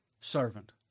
servant